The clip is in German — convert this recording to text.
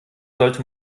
sollte